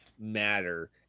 matter